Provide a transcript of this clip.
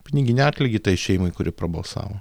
piniginį atlygį tai šeimai kuri prabalsavo